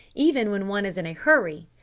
even when one is in a hurry!